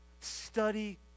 Study